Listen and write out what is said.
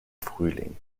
frühling